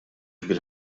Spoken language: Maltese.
bil